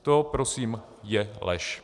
To prosím je lež.